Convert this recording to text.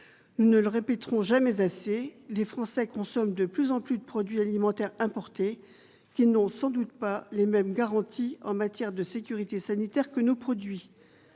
ne le répéterons jamais assez, les Français consomment de plus en plus de produits alimentaires importés qui n'ont sans doute pas les mêmes garanties en matière de sécurité sanitaire que nos produits,